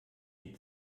die